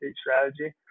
strategy